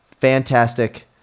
Fantastic